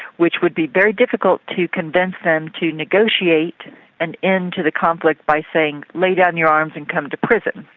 which would be very difficult to convince them to negotiate an end to the conflict by saying lay down your arms and come to prison,